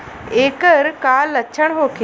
ऐकर का लक्षण होखे?